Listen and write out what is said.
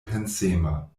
pensema